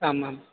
आम् आम्